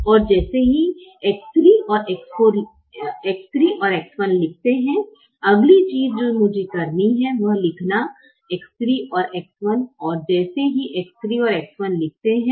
और जैसे ही X3 और X1 लिखते हैं अगली चीज जो मुझे करनी है वह लिखना X3 और X1 और जैसे ही X3 और X1 लिखते हैं